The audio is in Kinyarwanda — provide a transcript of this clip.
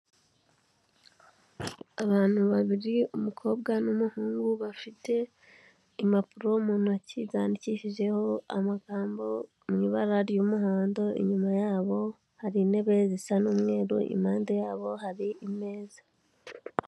Abantu babiri umukobwa n'umuhungu, bafite impapuro mu ntoki, zandikishijeho amagambo mu ibara ry'umuhondo, inyuma yabo hari intebe zisa n'umweru, impande yabo hari imeza.